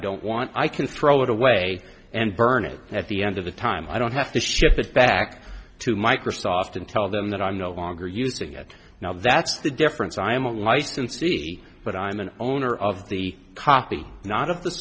don't want i can throw it away and burn it at the end of the time i don't have to ship it back to microsoft and tell them that i'm no longer using it now that's the difference i am a licensee but i'm an owner of the copy not of the